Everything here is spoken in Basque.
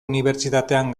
unibertsitatean